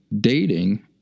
Dating